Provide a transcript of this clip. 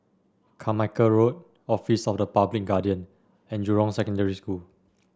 Carmichael Road Office of the Public Guardian and Jurong Secondary School